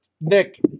Nick